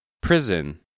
Prison